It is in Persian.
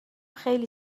خیلی